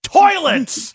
toilets